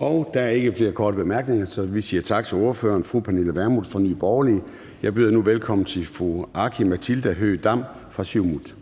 Kl. 21:45 Formanden (Søren Gade): Der er ikke flere korte bemærkninger, så vi siger tak til ordføreren, fru Pernille Vermund fra Nye Borgerlige. Jeg byder nu velkommen til fru Aki-Matilda Høegh-Dam fra Siumut.